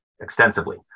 extensively